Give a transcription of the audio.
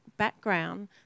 background